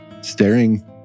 staring